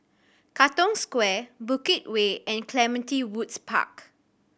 Katong Square Bukit Way and Clementi Woods Park